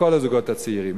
לכל הזוגות הצעירים,